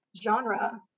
genre